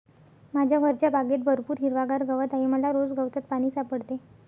माझ्या घरच्या बागेत भरपूर हिरवागार गवत आहे मला रोज गवतात पाणी सापडते